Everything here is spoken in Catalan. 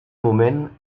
moment